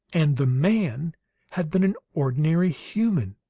and the man had been an ordinary human,